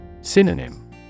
Synonym